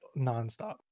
nonstop